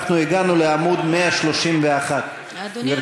אנחנו הגענו לעמוד 131. אדוני,